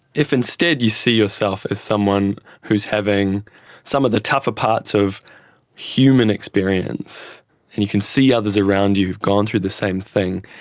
if instead you see yourself as someone who is having some of the tougher parts of human experience and you can see others around you who have gone through the same thing,